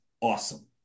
awesome